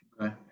okay